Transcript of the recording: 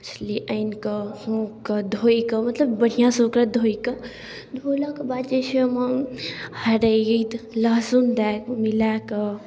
मछली आनिके खूबके धोइके मतलब बढ़िआँसँ ओकरा धोइके धोलाके बाद जे छै ओहिमे हरैद लहसुन दऽ मिलाके